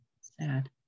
sad